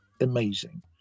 amazing